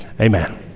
amen